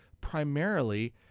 primarily